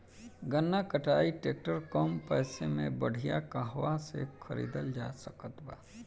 गन्ना कटाई ट्रैक्टर कम पैसे में बढ़िया कहवा से खरिदल जा सकत बा?